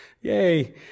Yay